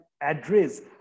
address